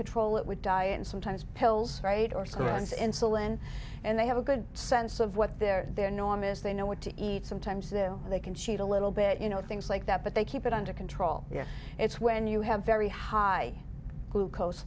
control it would die and sometimes pills right or sometimes insulin and they have a good sense of what their their norm is they know what to eat sometimes though they can cheat a little bit you know things like that but they keep it under control yes it's when you have very high glucose